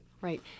right